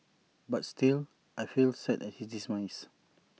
but still I feel sad at his demise